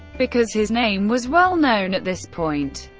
because his name was well known at this point,